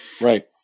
Right